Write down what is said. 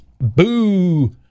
Boo